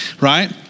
right